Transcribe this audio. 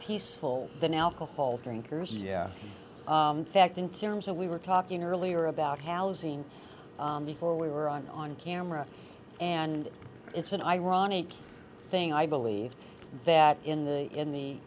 peaceful than alcohol drinkers yeah fact in terms of we were talking earlier about housing before we were on on camera and it's an ironic thing i believe that in the in the